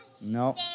No